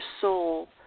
soul